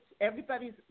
Everybody's